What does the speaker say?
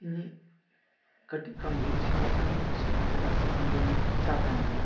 ᱤᱧ ᱠᱟᱹᱴᱤᱡ ᱠᱷᱚᱱᱜᱤ ᱤᱥᱤᱱ ᱵᱟᱥᱟᱝ ᱤᱧ ᱠᱩᱥᱤᱭᱟᱜᱼᱟ ᱪᱮᱫᱟᱜ ᱥᱮ ᱚᱱᱟᱫᱚ ᱤᱧᱟᱹᱜ ᱤᱪᱷᱟ ᱛᱟᱦᱮᱸ ᱠᱟᱱᱟ